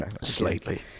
Slightly